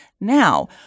Now